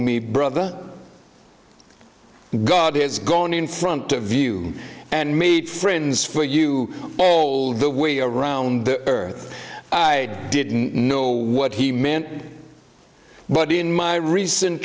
me brother god has gone in front of you and made friends for you all the way around the earth i didn't know what he meant but in my recent